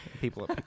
People